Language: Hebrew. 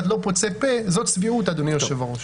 לא פוצה פה זאת צביעות אדוני היו"ר.